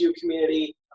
community